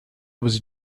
was